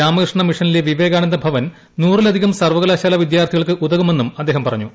രാമകൃഷ്ണ മിഷനിലെ വിവേകാനന്ദ ഭവൻ നൂറിലധികം സർവ്വകലാശാല പിദ്യാർത്ഥികൾക്ക് ഉതകുമെന്നും അദ്ദേഹം പറഞ്ഞു